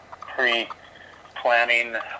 pre-planning